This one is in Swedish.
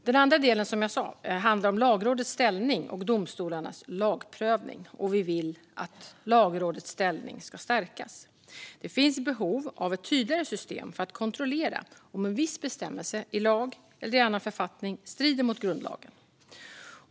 Den andra delen handlar om Lagrådets ställning och domstolarnas lagprövning. Vi vill att Lagrådets ställning ska stärkas. Det finns behov av ett tydligare system för att kontrollera om en viss bestämmelse i lag eller annan författning strider mot grundlagen.